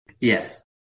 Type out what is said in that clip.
Yes